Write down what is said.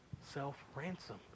self-ransom